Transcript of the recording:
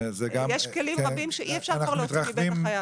יש כלים רבים שאי אפשר להוציא מבית החייב.